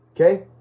Okay